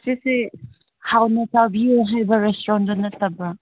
ꯁꯤꯁꯤ ꯍꯥꯎꯅ ꯆꯥꯕꯤꯎ ꯍꯥꯏꯕ ꯔꯦꯁꯇ꯭ꯔꯣꯟꯗꯨ ꯅꯠꯇꯕ꯭ꯔꯣ